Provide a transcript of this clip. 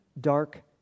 dark